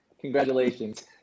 Congratulations